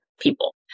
people